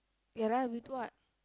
ya lah with what